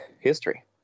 history